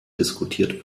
diskutiert